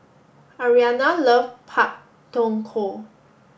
Arianna love Pak Thong Ko